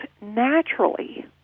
naturally